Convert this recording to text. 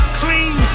clean